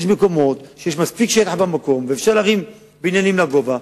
יש מקומות שיש בהם מספיק שטח ואפשר להרים בניינים לגובה,